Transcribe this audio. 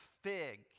fig